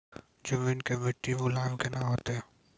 जमीन के मिट्टी मुलायम केना होतै?